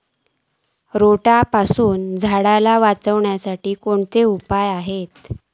रोट्यापासून झाडाक वाचौक कसले उपाय आसत?